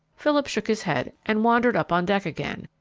philip shook his head and wandered up on deck again,